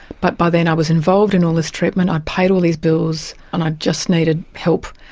but by then i was involved in all this treatment, i'd paid all these bills and i just needed help.